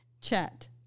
Chat